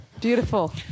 beautiful